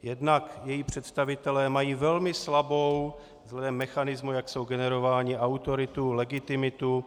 Jednak její představitelé mají velmi slabou vzhledem k mechanismu, jak jsou generováni, autoritu, legitimitu.